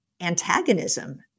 antagonism